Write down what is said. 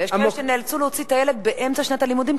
ויש כאלה שנאלצו להוציא את הילד באמצע שנת הלימודים,